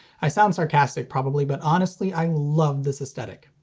i sound sarcastic probably but honestly i love this aesthetic.